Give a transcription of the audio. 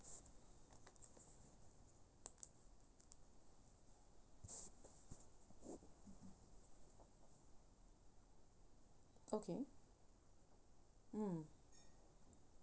okay mm